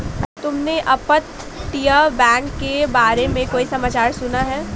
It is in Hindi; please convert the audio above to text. तुमने अपतटीय बैंक के बारे में कोई समाचार सुना है?